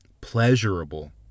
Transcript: pleasurable